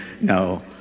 no